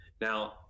now